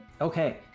Okay